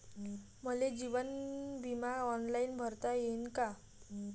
मले जीवन बिमा ऑनलाईन भरता येईन का?